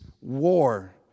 war